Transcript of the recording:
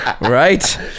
right